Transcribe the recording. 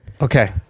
Okay